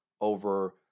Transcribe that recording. over